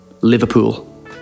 Liverpool